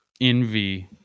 envy